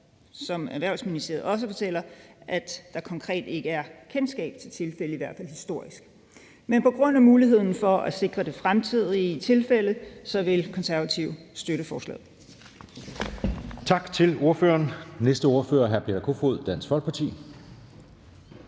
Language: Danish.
som Erhvervsministeriet også fortæller, der konkret ikke er kendskab til tilfælde, i hvert fald historisk. Men på grund af muligheden for at sikre det fremtidige tilfælde, vil Konservative støtte forslaget.